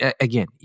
Again